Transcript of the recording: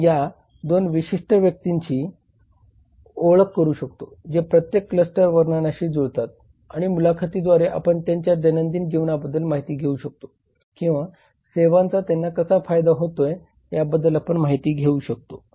आपण आता 2 विशिष्ट व्यक्तींची ओळख करू शकतो जे प्रत्येक क्लस्टर वर्णनाशी जुळतात आणि मुलाखतीद्वारे आपण त्यांच्या दैनंदिन जीवनाबद्दल माहिती घेऊ शकतो किंवा सेवांचा त्यांना कसा फायदा होतोय याबद्दल आपण माहिती घेऊ शकतो